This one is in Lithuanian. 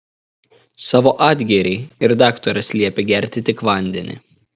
savo atgėrei ir daktaras liepė gerti tik vandenį